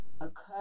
occur